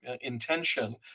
intention